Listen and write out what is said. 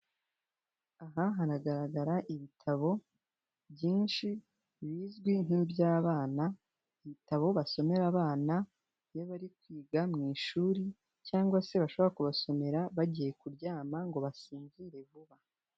Aha hanagaragara ibitabo byinshi bizwi nk'iby'abana, ibitabo basomera abana iyo bari kwiga mu ishuri, cyangwa se bashobora kubasomera bagiye kuryama kugira ngo basinzire vuba.